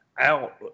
out